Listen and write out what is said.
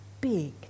big